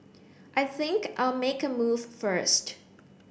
I think I'll make a move first